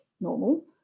normal